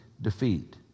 defeat